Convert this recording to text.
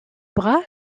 bras